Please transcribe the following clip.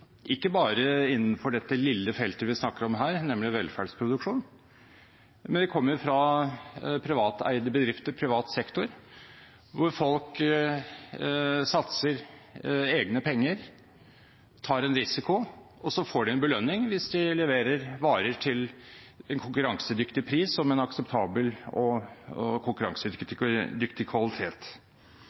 ikke bare innenfor dette lille feltet vi snakker om her, nemlig velferdsproduksjon, men de kommer fra privateide bedrifter, privat sektor, hvor folk satser egne penger, tar en risiko, og så får de en belønning hvis de leverer varer til en konkurransedyktig pris og med en akseptabel og konkurransedyktig kvalitet.